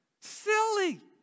silly